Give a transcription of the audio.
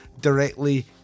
directly